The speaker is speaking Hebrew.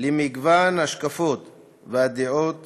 למגוון ההשקפות והדעות